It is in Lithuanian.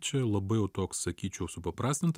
čia labai jau toks sakyčiau supaprastinta